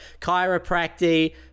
chiropractic